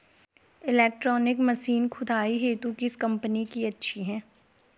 Electronic machine खुदाई हेतु किस कंपनी की अच्छी है?